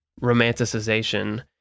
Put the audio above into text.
romanticization